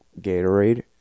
Gatorade